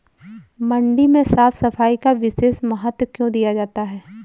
मंडी में साफ सफाई का विशेष महत्व क्यो दिया जाता है?